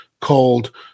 called